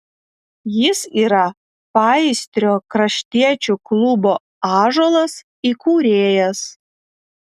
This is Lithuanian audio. jis yra paįstrio kraštiečių klubo ąžuolas įkūrėjas